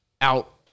out